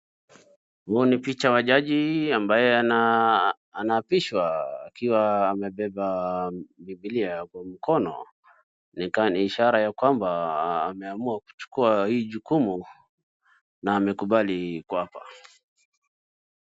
Huu ni picha wa jaji ambaye anaapishwa akiwa amebeba bibilia kwa mkono. Ni ishara ya kwamba ameamua kuchukua hii jukumu na amekubali kuapa.